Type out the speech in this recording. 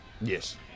yes